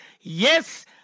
Yes